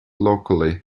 locally